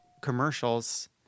commercials